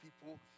people